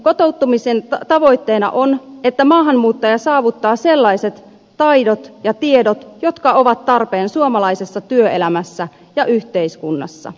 kotouttamisen tavoitteena on että maahanmuuttaja saavuttaa sellaiset taidot ja tiedot jotka ovat tarpeen suomalaisessa työelämässä ja yhteiskunnassa